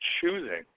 choosing